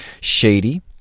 Shady